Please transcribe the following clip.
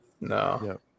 No